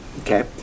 okay